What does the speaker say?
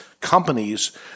companies